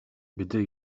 gdy